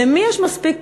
למי יש מספיק כוח,